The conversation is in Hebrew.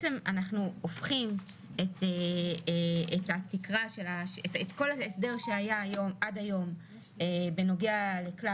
אנחנו הופכים את כל ההסדר שהיה עד היום בנוגע לכלל